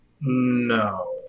No